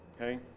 Okay